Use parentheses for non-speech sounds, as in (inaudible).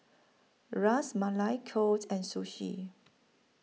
Ras Malai Kheer (unintelligible) and Sushi